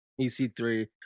EC3